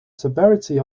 severity